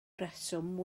reswm